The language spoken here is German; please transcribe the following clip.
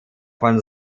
von